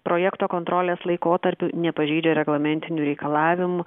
projekto kontrolės laikotarpiu nepažeidžia reglamentinių reikalavim